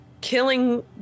killing